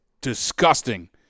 disgusting